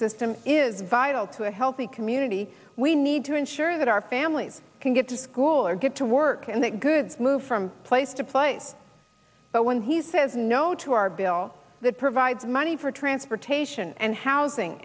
system is vital to a healthy community we need to ensure that our families can get to school or get to work and that goods move from place to place but when he says no to our bill that provides money for transportation and housing